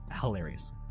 Hilarious